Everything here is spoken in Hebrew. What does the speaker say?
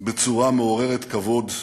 בצורה מעוררת כבוד,